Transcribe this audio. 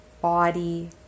body